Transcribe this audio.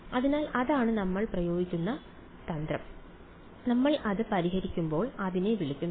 അതിനാൽ അതാണ് നമ്മൾ ഉപയോഗിക്കുന്ന തന്ത്രം നമ്മൾ അത് പരിഹരിക്കുമ്പോൾ അതിനെ വിളിക്കുന്നു